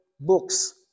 books